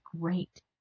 great